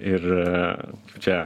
ir čia